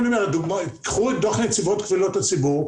קחו את דוח נציבת קבילות הציבור,